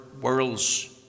world's